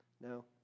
No